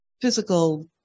physical